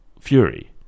Fury